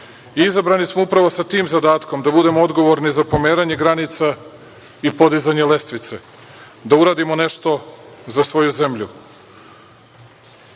Izabrani smo upravo sa tim zadatkom, da budemo odgovorni za pomeranje granica i podizanje lestvice, da uradimo nešto za svoju zemlju.